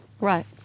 Right